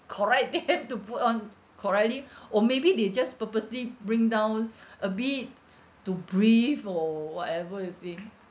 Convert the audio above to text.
correct they have to put on correctly or maybe they just purposely bring down a bit to breathe or whatever you see